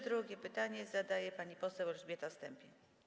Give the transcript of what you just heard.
Drugie pytanie zadaje pani poseł Elżbieta Stępień.